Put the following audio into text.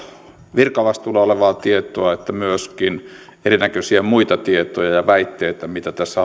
virkavastuulla olevaa tietoa että myöskin erinäköisiä muita tietoja ja väitteitä mitä tässä